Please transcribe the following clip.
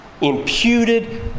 imputed